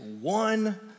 one